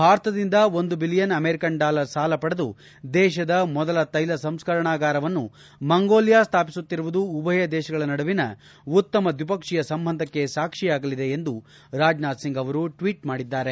ಭಾರತದಿಂದ ಒಂದು billion American dollar ಸಾಲ ಪಡೆದು ದೇಶದ ಮೊದಲ ತ್ಯೆಲ ಸಂಸ್ಕರಣಾಗಾರವನ್ನು ಮಂಗೋಲಿಯ ಸ್ಥಾಪಿಸುತ್ತಿರುವುದು ಉಭಯ ದೇಶಗಳ ನಡುವಿನ ಉತ್ತಮ ದ್ವಿಪಕ್ಷೀಯ ಸಂಬಂಧಕ್ಕೆ ಸಾಕ್ಷಿಯಾಗಲಿದೆ ಎಂದು ರಾಜನಾಥ್ ಸಿಂಗ್ ಅವರು ಟ್ವೀಟ್ ಮಾಡಿದ್ದಾರೆ